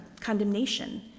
condemnation